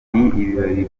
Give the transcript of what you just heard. ibirori